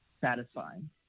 satisfying